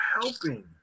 helping